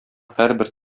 һәрбер